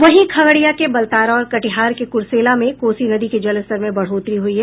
वहीं खगड़िया के बलतारा और कटिहार के कुरसेला में कोसी नदी के जलस्तर में बढ़ोतरी हुई है